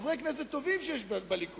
חברי כנסת טובים שיש בליכוד,